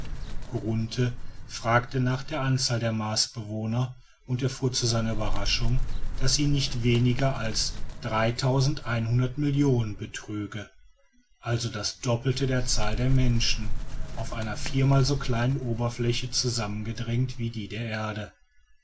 fragte nach der anzahl der marsbewohner und erfuhr zu seiner überraschung daß sie nicht weniger als dreitausendeinhundert millionen betrüge also das doppelte der zahl der menschen auf einer viermal so kleinen oberfläche zusammengedrängt wie die der erde